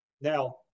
Now